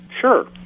Sure